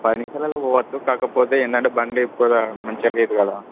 పది నిమిషాలల్లో పోవచ్చు కాకపోతే ఏందంటే బండి ఎక్కువగా మంచిగా లేదు కదా